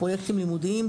פרויקטים לימודיים,